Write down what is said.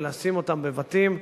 ולשים אותם בבתים,